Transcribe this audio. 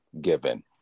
given